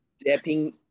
Stepping